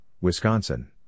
Wisconsin